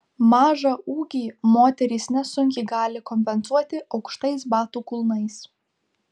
mažą ūgį moterys nesunkiai gali kompensuoti aukštais batų kulnais